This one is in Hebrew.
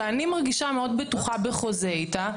שאני מרגישה מאוד בטוחה בחוזה איתה,